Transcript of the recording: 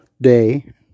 day